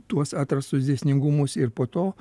tuos atrastus dėsningumus ir po to